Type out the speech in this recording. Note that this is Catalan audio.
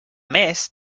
més